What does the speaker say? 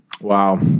Wow